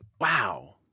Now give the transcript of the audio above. Wow